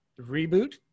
Reboot